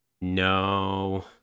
No